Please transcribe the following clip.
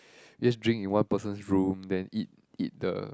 you just drink in one person's room then eat eat the